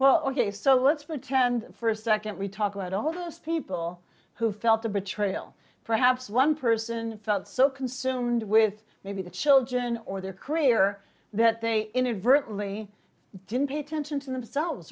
well ok so let's pretend for a second we talk about all those people who felt a betrayal perhaps one person felt so consumed with maybe the children or their career that they inadvertently didn't pay attention to themselves